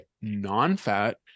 non-fat